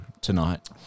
tonight